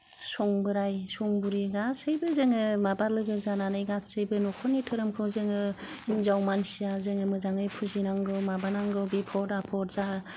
संबोराइ संबुरि गासैबो जोङो माबा लोगो जानानै गासैबो न'खरनि धोरोमखौ जोङो हिनजाव मानसिया जोङो मोजाङै फुजिनांगौ माबानांगौ बिफद आफद जोंहा